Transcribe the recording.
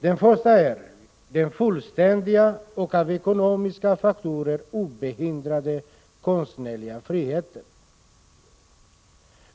Den första är den fullständiga och av ekonomiska faktorer ohindrade konstnärliga friheten.